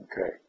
Okay